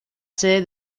sede